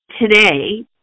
today